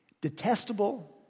detestable